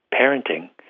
parenting